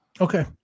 Okay